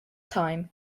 time